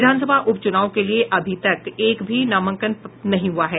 विधानसभा उपचुनाव के लिए अभी तक एक भी नामांकन नहीं हुआ है